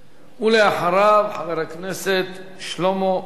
ואחריו, חבר הכנסת שלמה מולה.